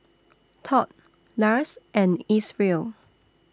Tod Lars and Isreal